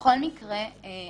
בכל מקרה,